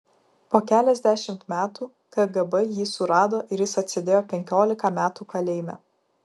po keliasdešimt metų kgb jį surado ir jis atsėdėjo penkiolika metų kalėjime